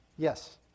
Yes